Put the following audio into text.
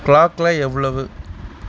clock எல்லாம் எவ்வளவு